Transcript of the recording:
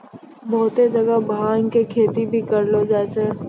बहुत जगह भांग के खेती भी करलो जाय छै